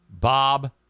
Bob